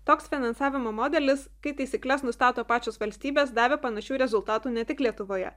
toks finansavimo modelis kai taisykles nustato pačios valstybės davė panašių rezultatų ne tik lietuvoje